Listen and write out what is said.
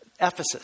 Ephesus